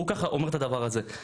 ככה הוא אמר את הדבר הזה.